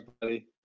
buddy